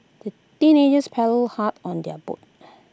the teenagers paddled hard on their boat